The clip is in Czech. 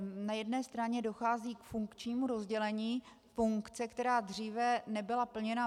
Na jedné straně dochází k funkčnímu rozdělení funkce, která dříve nebyla plněna.